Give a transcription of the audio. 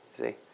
see